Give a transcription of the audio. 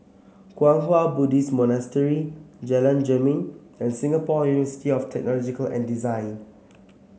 Kwang Hua Buddhist Monastery Jalan Jermin and Singapore University of Technological and Design